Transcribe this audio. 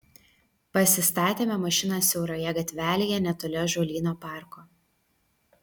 pasistatėme mašiną siauroje gatvelėje netoli ąžuolyno parko